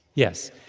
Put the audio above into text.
yes.